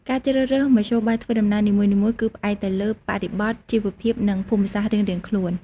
ការជ្រើសរើសមធ្យោបាយធ្វើដំណើរនីមួយៗគឺផ្អែកទៅលើបរិបទជីវភាពនិងភូមិសាស្ត្ររៀងៗខ្លួន។